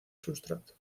sustrato